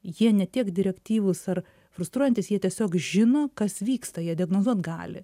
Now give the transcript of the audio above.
jie ne tiek direktyvūs ar frustruojantys jie tiesiog žino kas vyksta jie diagnozuoti gali